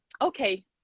okay